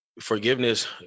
forgiveness